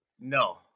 No